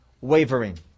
wavering